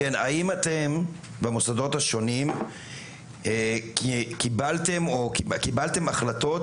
האם אתם במוסדות השונים קיבלתם החלטות